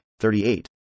38